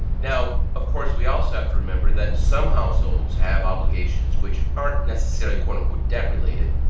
now, of course, we also have to remember that some households have obligations which aren't necessarily, quote, unquote, debt-related,